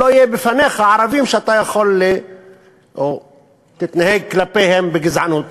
לא יהיו בפניך ערבים שאתה יכול להתנהג כלפיהם בגזענות.